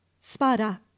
Spada